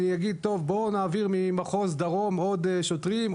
אני אגיד שנעביר ממחוז דרום עוד שוטרים,